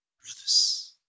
brothers